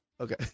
Okay